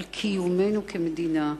על קיומנו כמדינה.